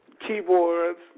Keyboards